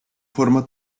forma